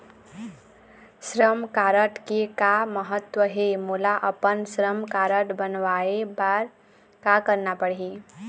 श्रम कारड के का महत्व हे, मोला अपन श्रम कारड बनवाए बार का करना पढ़ही?